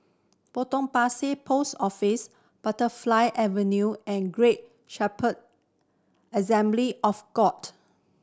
Potong Pasir Post Office Butterfly Avenue and Great Shepherd Assembly of God